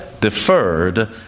deferred